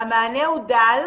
המענה הוא דל,